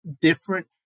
different